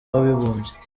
w’abibumbye